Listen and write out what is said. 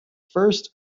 first